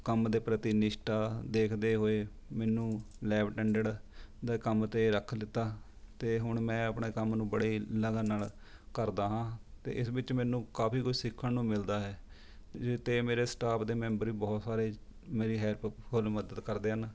ਕੰਮ ਦੇ ਪ੍ਰਤੀ ਨਿਸ਼ਠਾ ਦੇਖਦੇ ਹੋਏ ਮੈਨੂੰ ਲੈਬ ਅਟੈਡੈਂਟ ਦੇ ਕੰਮ 'ਤੇ ਰੱਖ ਲਿੱਤਾ ਅਤੇ ਹੁਣ ਮੈਂ ਆਪਣੇ ਕੰਮ ਨੂੰ ਬੜੇ ਲਗਨ ਨਾਲ ਕਰਦਾ ਹਾਂ ਅਤੇ ਇਸ ਵਿੱਚ ਮੈਨੂੰ ਕਾਫ਼ੀ ਕੁਛ ਸਿੱਖਣ ਨੂੰ ਮਿਲਦਾ ਹੈ ਜਿ ਅਤੇ ਮੇਰੇ ਸਟਾਫ਼ ਦੇ ਮੈਂਬਰ ਵੀ ਬਹੁਤ ਸਾਰੇ ਮੇਰੀ ਹੈਲਪ ਫੁੱਲ ਮਦਦ ਕਰਦੇ ਹਨ